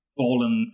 fallen